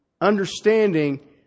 understanding